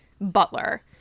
butler